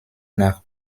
nach